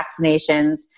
vaccinations